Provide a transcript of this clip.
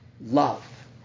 love